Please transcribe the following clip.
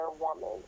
woman